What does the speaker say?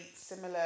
similar